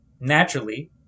Naturally